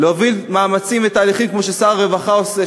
להוביל מאמצים ותהליכים כמו ששר הרווחה עושה,